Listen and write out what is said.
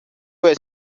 were